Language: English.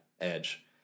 edge